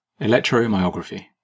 Electromyography